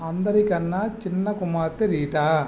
అందరికన్నా చిన్న కుమార్తె రీటా